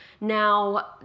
Now